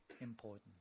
important